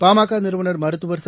பாமக நிறுவள் மருத்துவர் ச